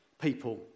people